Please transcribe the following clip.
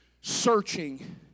searching